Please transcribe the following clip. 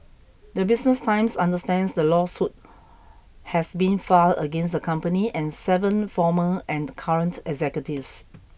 the Business Times understands the lawsuit has been filed against the company and seven former and current executives